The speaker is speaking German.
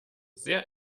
sehr